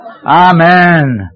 Amen